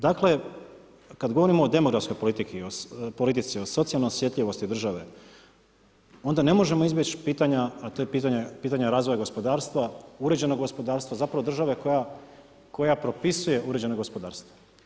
Dakle kada govorimo o demografskoj politici, o socijalnoj osjetljivosti države onda ne možemo izbjeći pitanja a to je pitanje razvoja gospodarstva, uređenog gospodarstva, zapravo države koja propisuje uređeno gospodarstvo.